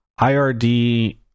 IRD